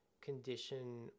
condition